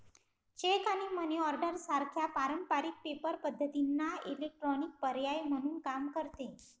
check आणि money order सारख्या पारंपारिक पेपर पद्धतींना इलेक्ट्रॉनिक पर्याय म्हणून काम करते